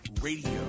Radio